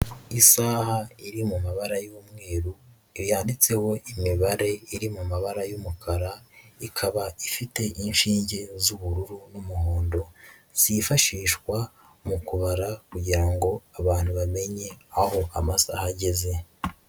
Isaha iri mu mabara y'umweru yanditseho imibare iri mu mabara y'umukara, ikaba ifite inshinge z'ubururu n'umuhondo, zifashishwa mu kubara kugira ngo abantu bamenye aho amasaha ageze.